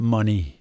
Money